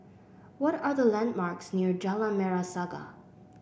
what are the landmarks near Jalan Merah Saga